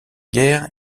guerre